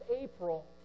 April